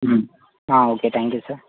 okay thank you sir